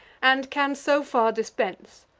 and can so far dispense.